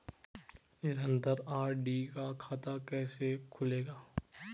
निरन्तर आर.डी का खाता कैसे खुलेगा?